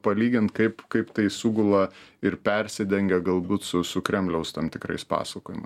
palygint kaip kaip tai sugula ir persidengia galbūt su su kremliaus tam tikrais pasakojima